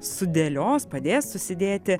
sudėlios padės susidėti